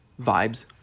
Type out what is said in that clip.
Vibes